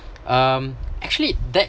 um actually that